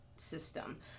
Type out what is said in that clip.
System